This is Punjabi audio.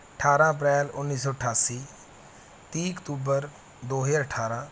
ਅਠਾਰਾਂ ਅਪ੍ਰੈਲ ਉੱਨੀ ਸੌ ਅਠਾਸੀ ਤੀਹ ਅਕਤੂਬਰ ਦੋ ਹਜ਼ਾਰ ਅਠਾਰਾਂ